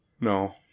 No